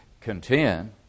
contend